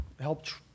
helped